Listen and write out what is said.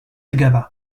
together